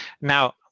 Now